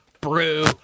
brew